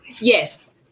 Yes